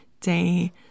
day